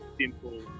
simple